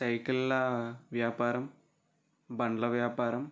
సైకిళ్ళ వ్యాపారం బండ్ల వ్యాపారం